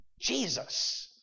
Jesus